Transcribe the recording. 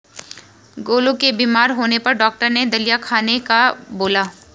गोलू के बीमार होने पर डॉक्टर ने दलिया खाने का बोला